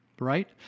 right